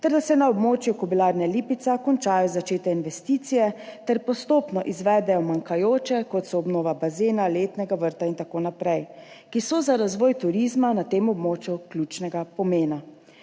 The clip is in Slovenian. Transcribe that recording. ter da se na območju Kobilarne Lipica končajo začete investicije ter postopno izvedejo manjkajoče, kot so obnova bazena, letnega vrta in tako naprej, ki so za razvoj turizma na tem območju ključnega pomena.